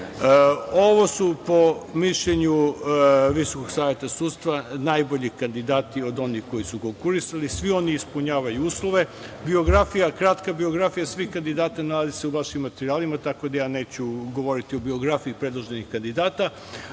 su po mišljenju VSS najbolji kandidati od onih koji su konkurisali. Svi oni ispunjavaju uslove. Kratka biografija svih kandidata nalazi se u vašim materijalima, tako da ja neću govoriti o biografiji predloženih kandidata.U